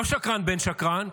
לא שקרן בן שקרן,